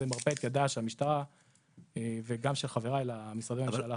זה מרפה את ידה של המשטרה וגם של חבריי למשרדי הממשלה האחרים.